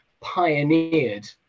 pioneered